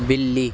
بِلّی